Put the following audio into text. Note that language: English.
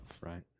Right